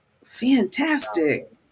Fantastic